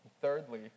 Thirdly